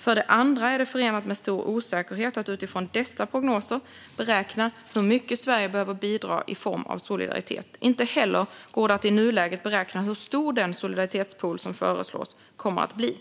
För det andra är det förenat med stor osäkerhet att utifrån dessa prognoser beräkna hur mycket Sverige behöver bidra i form av solidaritet. Inte heller går det att i nuläget beräkna hur stor den solidaritetspool som föreslås kommer att bli.